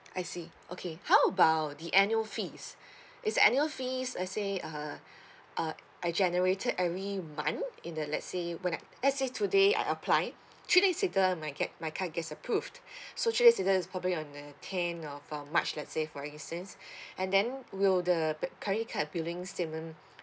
I see okay how about the annual fees is annual fees let's say uh uh I generated every month in the let's say when I let's say today I applied three days later my get~ my car gets approved so three days later is probably on the tenth of um march let's say for instance and then will the credit card billing statement